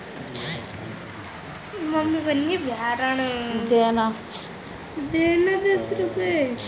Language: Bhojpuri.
फूल में तनगलन रोग लगेला जवन की फफूंद से लागेला